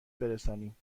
برسانیم